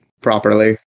properly